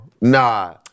Nah